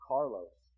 Carlos